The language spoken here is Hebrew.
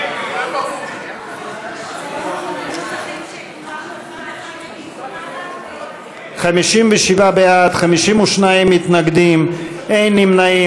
אבל ביקשתי לשמוע את חוות הדעת של היועץ המשפטי לממשלה בסוגיה הזו,